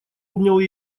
обнял